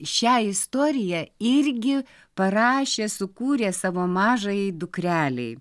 šią istoriją irgi parašė sukūrė savo mažajai dukrelei